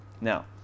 now